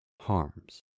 harms